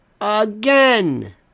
Again